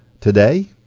Today